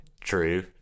True